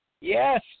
Yes